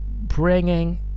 bringing